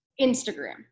Instagram